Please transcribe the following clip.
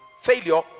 failure